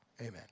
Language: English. Amen